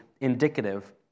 indicative